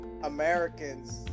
Americans